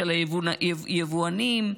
של היבואנים.